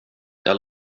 jag